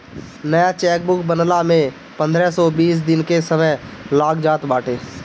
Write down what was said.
नया चेकबुक बनला में पंद्रह से बीस दिन के समय लाग जात बाटे